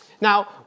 Now